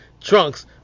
trunks